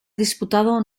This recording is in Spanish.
disputado